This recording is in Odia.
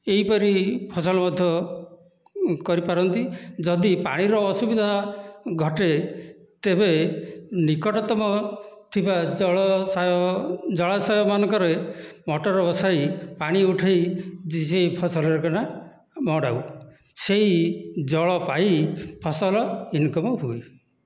ଏହିପରି ଫସଲ ମଧ୍ୟ କରିପାରନ୍ତି ଯଦି ପାଣିର ଅସୁବିଧା ଘଟେ ତେବେ ନିକଟତମ ଥିବା ଜଳାଶୟ ମାନଙ୍କରେ ମଟର ବସାଇ ପାଣି ଉଠାଇ ଜିଇ ଫସଲରେ କିନା ମଡ଼ାଉ ସେହି ଜଳ ପାଇ ଫସଲ ଇନକମ୍ ହୁଏ